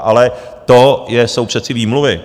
Ale to jsou přece výmluvy.